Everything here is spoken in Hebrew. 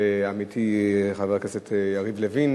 ועמיתי חבר הכנסת יריב לוין,